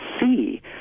see